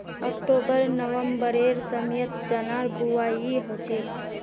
October नवंबरेर समयत चनार बुवाई हछेक